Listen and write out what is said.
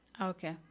okay